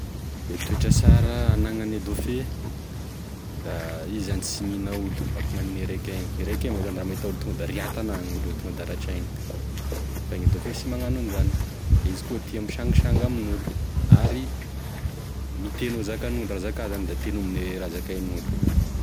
E toetra sara anagnan'e dauphin da izy zany sy mihina olo sakô gnanin'e requin io,e requin moa zany raha mahita olo tonga da riatany agny igny olo igny fa e dauphin sy magnano enizany, izy koa tia misangisangy aminolo ary miteno e zakanolo, raha zaka zany da tenominy e raha zakainolo.